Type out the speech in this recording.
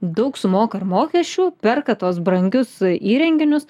daug sumoka ir mokesčių perka tuos brangius įrenginius